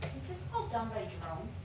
all done by drone?